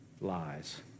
lies